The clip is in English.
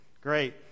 Great